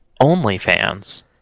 OnlyFans